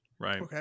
right